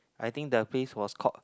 I think the place was called